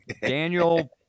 Daniel